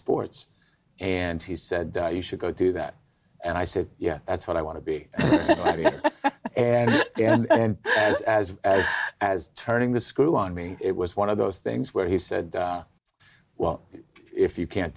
sports and he said you should go do that and i said yeah that's what i want to be and as turning the screw on me it was one of those things where he said well if you can't